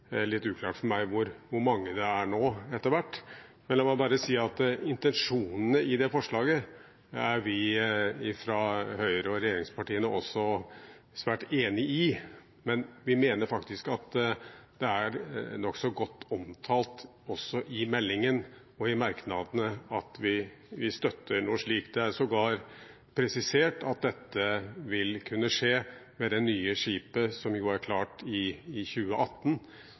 det er litt uklart for meg hvor mange det etter hvert er blitt – la meg bare si at intensjonene i forslaget er vi fra Høyre og regjeringspartiene også svært enig i, men vi mener at det er nokså godt omtalt i meldingen og i merknadene at vi støtter noe slikt. Det er sågar presisert at dette vil kunne skje med det nye skipet, som er klart i 2018, og som nettopp skal ha marin forskning i